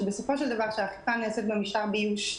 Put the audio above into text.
שבסופו של דבר כאשר האכיפה נעשית במשטר ביוש,